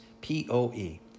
P-O-E